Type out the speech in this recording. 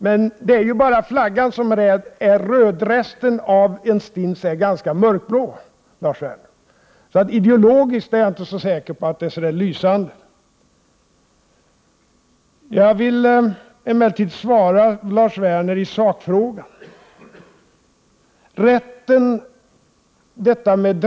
Men det är bara flaggan som är röd. Resten av en stins är ganska mörkblå, Lars Werner. Ideologiskt är jag inte så säker på att det är så lysande. Jag vill emellertid svara Lars Werner i sakfrågan.